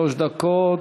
תודה,